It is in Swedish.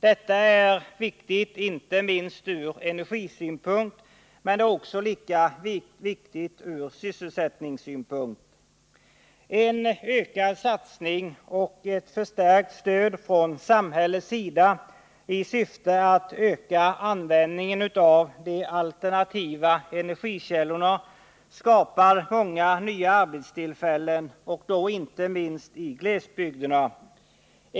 Detta är viktigt inte minst ur energisynpunkt, men det är också lika viktigt ur sysselsättningssynpunkt. En ökad satsning och ett förstärkt stöd från samhällets sida i syfte att öka användningen av de alternativa energikällorna skapar många nya arbetstillfällen och då inte minst i glesbygderna.